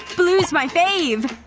blue's my fave!